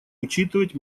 учитывать